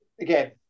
again